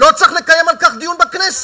לא צריך לקיים על כך דיון בכנסת?